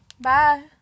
Bye